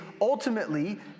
ultimately